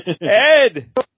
Ed